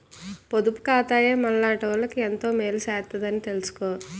పొదుపు ఖాతాయే మనలాటోళ్ళకి ఎంతో మేలు సేత్తదని తెలిసుకో